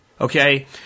okay